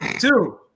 Two